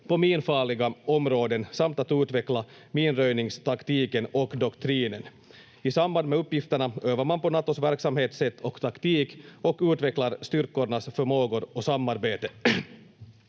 på minfarliga områden samt att utveckla minröjningstaktiken och -doktrinen. I samband med uppgifterna övar man på Natos verksamhetssätt och taktik och utvecklar styrkornas förmågor och samarbete.